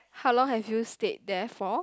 how long have you stayed there for